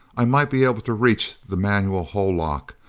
i might be able to reach the manual hull lock,